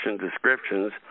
descriptions